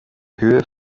höhe